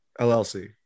LLC